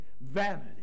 vanity